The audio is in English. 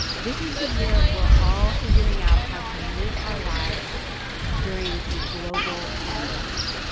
this is the year we're all figuring out how to live our lives during a global pandemic,